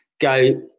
go